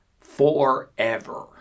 forever